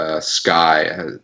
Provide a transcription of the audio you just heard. sky